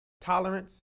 tolerance